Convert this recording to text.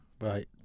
Right